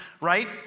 right